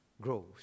grows